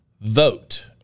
vote